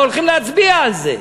וגם הולכים להצביע על זה,